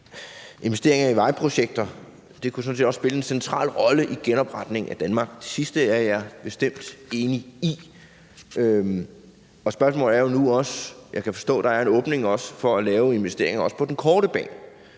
investeringer i vejprojekter sådan set også kunne spille en central rolle i genopretningen af Danmark. Det sidste er jeg bestemt enig i. Jeg kan forstå, at der er en åbning for at lave investeringer, også på den korte bane.